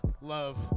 love